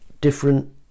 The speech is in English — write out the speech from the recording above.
different